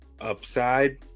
upside